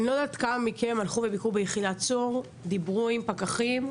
אני לא יודעת כמה מכם ביקרו ביחידת צור ודיברו עם פקחים.